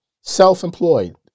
Self-employed